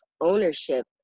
ownership